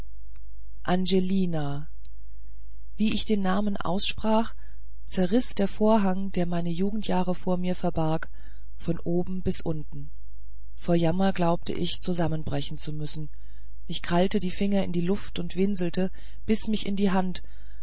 angelina wie ich den namen aussprach zerriß der vorhang der meine jugendjahre vor mir verbarg von oben bis unten vor jammer glaubte ich zusammenbrechen zu müssen ich krallte die finger in die luft und winselte biß mich in die hand